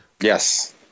Yes